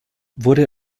wurde